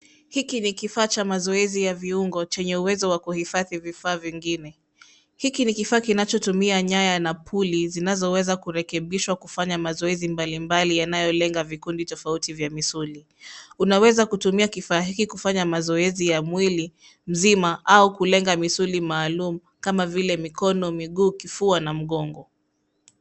Hiki ni kifaa cha mazoezi ya viungo chenye uwezo wa kuhifadhi vifaa vingine. Hiki ni kifaa kinachotumia nyaya na puli zinazoweza kurekebishwa kufanya mazoezi mbali mbali yanayolenga vikundi tofauti vya misuli. Unaweza kutumia kifaa hiki kufanya mazoezi ya mwili mzima au kulenga misuli maalum kama vile mikono, miguu, kifua na mgongo.